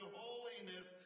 holiness